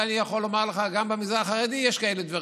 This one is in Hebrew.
על זה אני יכול לומר לך שגם במגזר החרדי יש כאלה דברים,